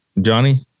Johnny